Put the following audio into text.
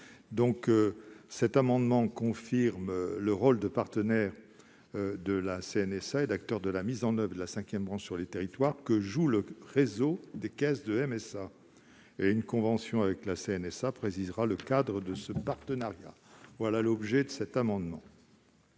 Cet amendement tend à confirmer le rôle de partenaire de la CNSA et d'acteur de la mise en oeuvre de la cinquième branche sur les territoires que joue le réseau des caisses de MSA. Une convention avec la CNSA précisera le cadre de ce partenariat. Quel est l'avis du Gouvernement